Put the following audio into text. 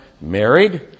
married